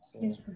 Yes